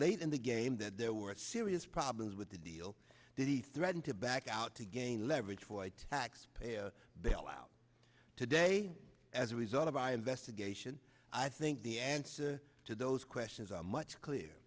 late in the game that there were serious problems with the deal that he threatened to back out to gain leverage for a taxpayer bailout today as a result of our investigation i think the answer to those questions are much clear